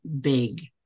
big